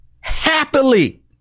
happily